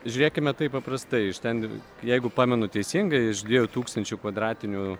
žiūrėkime taip paprastai iš ten jeigu pamenu teisingai iš dviejų tūkstančių kvadratinių